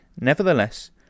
Nevertheless